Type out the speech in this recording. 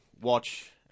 watch